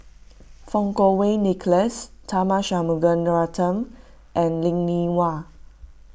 Fang Kuo Wei Nicholas Tharman Shanmugaratnam and Linn in Hua